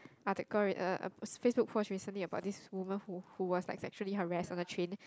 article uh Facebook post recently about this woman who who was like sexually harassed on the train